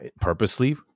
purposely